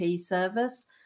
service